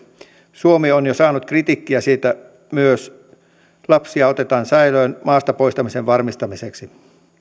suomi on jo saanut kritiikkiä siitä että myös lapsia otetaan säilöön maasta poistamisen varmistamiseksi